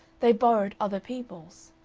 they borrowed other people's.